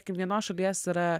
kiekvienos šalies yra